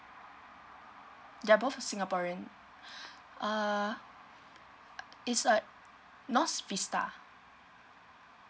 they both are singaporean uh it's at north vista